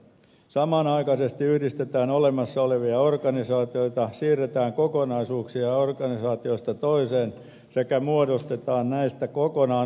samanaikaisesti yhdistetään olemassa olevia organisaatioita siirretään kokonaisuuksia organisaatioista toiseen sekä muodostetaan näistä kokonaan uusia toimintoja